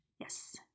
Yes